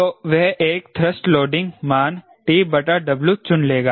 तो वह एक थ्रस्ट लोडिंग मान TW चुन लेगा